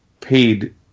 paid